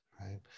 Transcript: right